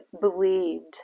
believed